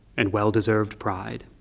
and well-deserved pride,